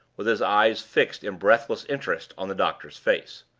with his eyes fixed in breathless interest on the doctor's face.